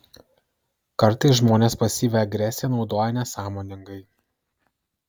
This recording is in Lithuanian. kartais žmonės pasyvią agresiją naudoja nesąmoningai